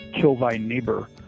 kill-thy-neighbor